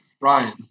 Ryan